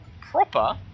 proper